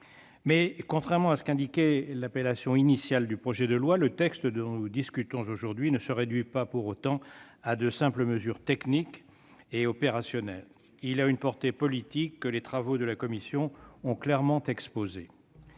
Mais, contrairement à ce qu'indiquait l'intitulé initial du projet de loi, le texte dont nous discutons aujourd'hui ne se réduit pas pour autant à de simples mesures techniques et opérationnelles. Il a une portée politique, que les travaux de la commission ont clairement exposée.